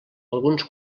alguns